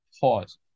Pause